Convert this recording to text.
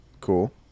Cool